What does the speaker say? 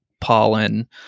pollen